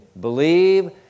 believe